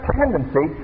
tendency